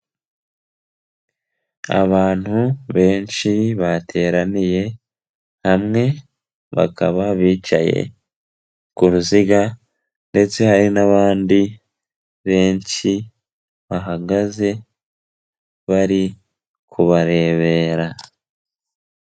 Abantu benshi bateraniye hamwe, bakaba bicaye ku ruziga ndetse hari n'abandi benshi bahagaze bari kubarebera.